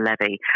levy